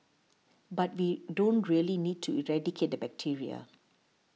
but we don't really need to eradicate the bacteria